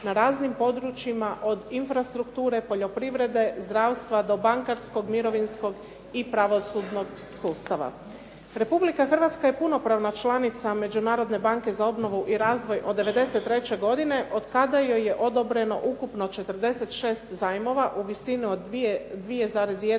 na raznim područjima od infrastrukture, poljoprivrede, zdravstva do bankarskog, mirovinskog i pravosudnog sustava. Republika Hrvatska je punopravna članica Međunarodne banke za obnovu i razvoj od '93. godine od kada joj je odobreno ukupno 46 zajmova u visini od 2,1